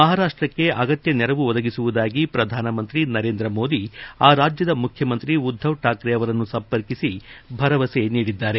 ಮಹಾರಾಷ್ಟಕ್ಕೆ ಅಗತ್ಯ ನೆರವು ಒದಗಿಸುವುದಾಗಿ ಪ್ರಧಾನಮಂತ್ರಿ ನರೇಂದ್ರಮೋದಿ ಆ ರಾಜ್ಯದ ಮುಖ್ಯಮಂತ್ರಿ ಉದ್ಧವ್ ಠಾಕ್ರೆ ಅವರನ್ನು ಸಂಪರ್ಕಿಸಿ ಭರವಸೆ ನೀಡಿದ್ದಾರೆ